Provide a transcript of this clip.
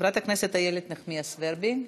חברת הכנסת איילת נחמיאס ורבין.